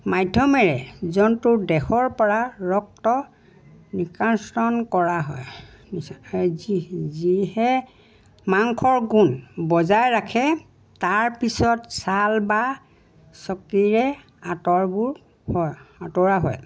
মাধ্যমেৰে জন্তুৰ দেশৰ পৰা ৰক্ত নিকাশন কৰা হয় যি যিহে মাংসৰ গুণ বজাই ৰাখে তাৰপিছত ছাল বা চকীৰে আঁতৰবোৰ হয় আঁতৰা হয়